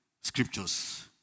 scriptures